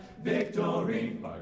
victory